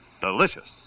delicious